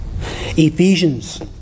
Ephesians